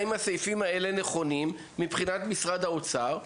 האם הסעיפים האלה נכונים מבחינת משרד האוצר,